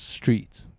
Street